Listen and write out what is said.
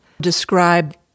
Describe